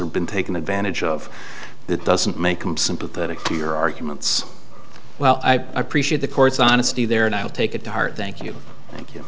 are been taken advantage of that doesn't make them sympathetic to your arguments well i appreciate the court's honesty there and i'll take it to heart thank you you thank